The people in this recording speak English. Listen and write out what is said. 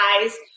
guys